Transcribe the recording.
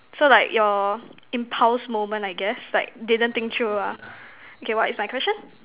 so like your impulse moment I guess like didn't think through ah okay what is my question